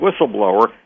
whistleblower